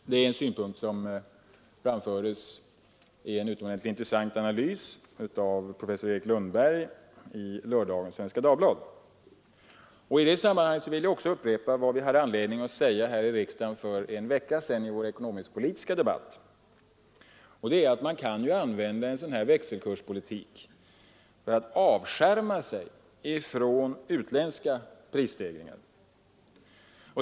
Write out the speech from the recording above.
Detta är en synpunkt som framfördes i en utomordentligt intressant analys av professor Erik Lundberg i lördagens nummer av Svenska Dagbladet. I detta sammanhang vill jag också upprepa vad jag hade anledning att säga här i riksdagen för en vecka sedan i vår ekonomisk-politiska debatt, nämligen att man kan använda växelkurspolitik för att avskärma sig från utländska prisstegringar.